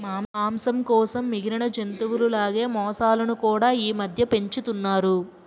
మాంసం కోసం మిగిలిన జంతువుల లాగే మొసళ్ళును కూడా ఈమధ్య పెంచుతున్నారు